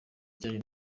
ijyanye